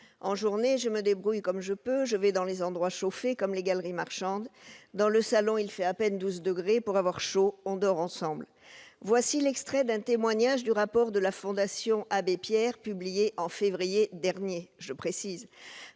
En journée, je me débrouille comme je peux, je vais dans des endroits chauffés, comme les galeries marchandes. Dans le salon il fait à peine 12 degrés, pour avoir chaud on dort ensemble ». Voilà l'extrait d'un témoignage du rapport de la Fondation Abbé Pierre, publié en février dernier. Face